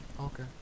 okay